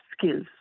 skills